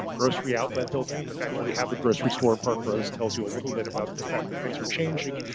um grocery outlet building, the fact that we have a grocery store in park rose tellsous a little bit about the fact that things are changing.